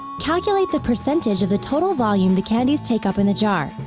calculate the percentage of the total volume the candies take up in the jar.